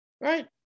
Right